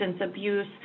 abuse